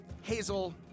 Hazel